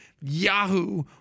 Yahoo